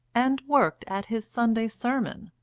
and worked at his sunday sermon,